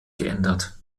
geändert